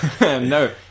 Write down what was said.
No